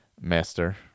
Master